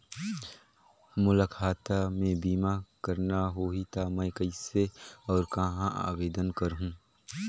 मोला खाता मे बीमा करना होहि ता मैं कइसे और कहां आवेदन करहूं?